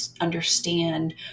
understand